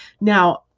Now